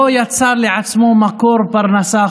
לא יצר לעצמו מקור פרנסה,